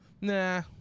Nah